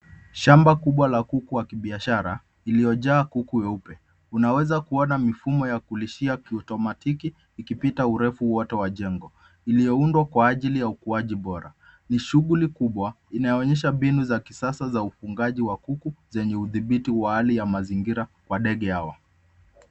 Shamba kubwa la kuku wa kibiashara iliyojaa kuku weupe .Unaweza kuona mifumo ya kulishia kiotomatiki ikipita urefu wote wa jengo iliyoundwa kwa ajili ya ukuaji bora. Ni shughuli kubwa inayoonyesha mbinu za kisasa za ufugaji wa kuku zenye udhibiti wa hali ya mazingira wa ndege hao.